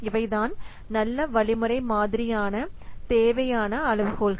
இவைதான் நல்ல வழிமுறை மாதிரியான தேவையான அளவுகோல்கள்